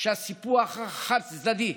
שהסיפוח החד-צדדי,